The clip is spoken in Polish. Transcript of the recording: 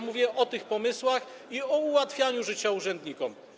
Mówię o tych pomysłach i o ułatwianiu życia urzędnikom.